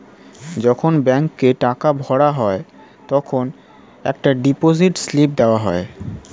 যখন ব্যাংকে টাকা ভরা হয় তখন একটা ডিপোজিট স্লিপ দেওয়া যায়